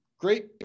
Great